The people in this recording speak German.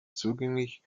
zugänglich